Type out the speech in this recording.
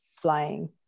flying